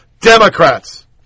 Democrats